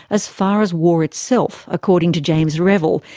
as far as war itself, according to james revill,